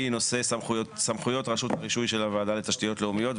היא נושא סמכויות רשות הרישוי של הוועדה לתשתיות לאומיות,